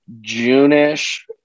June-ish